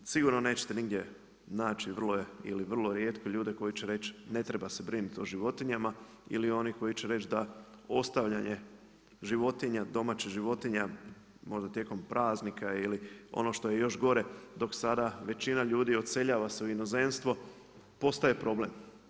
Sigurno nećete nigdje naći ili vrlo rijetko ljude koji će reći ne treba se brinuti o životinjama ili oni koji će reći da ostavljanje životinja, domaćih životinja možda tijekom praznika ili ono što je još gore, dok sada većina ljudi odseljava se u inozemstvo postaje problem.